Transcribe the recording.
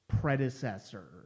predecessor